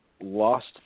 lost